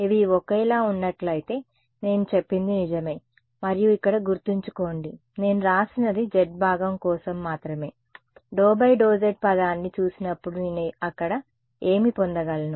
ఇవి ఒకేలా ఉన్నట్లయితే నేను చెప్పింది నిజమే మరియు ఇక్కడ గుర్తుంచుకోండి నేను వ్రాసినది z భాగం కోసం మాత్రమే ∂∂z పదాన్ని చూసినప్పుడు నేను అక్కడ ఏమి పొందగలను